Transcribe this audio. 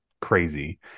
crazy